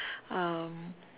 um